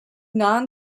non